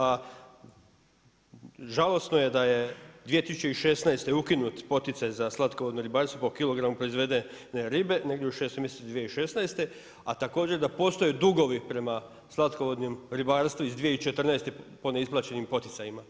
A žalosno je da je 2016. ukinut poticaj za slatkovodno ribarstvo po kilogramu proizvedene ribe negdje u 6. mjesecu 2016., a također da postoje dugovi prema slatkovodnom ribarstvu iz 2014. po neisplaćenim poticajima.